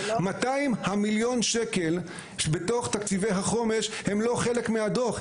200 מיליון השקלים שבתוך תקציבי החומש הם לא חלק מהדו"ח,